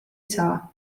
saa